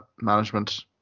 management